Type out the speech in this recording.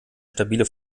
stabile